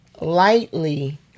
lightly